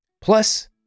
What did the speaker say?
Plus